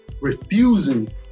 refusing